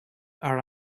are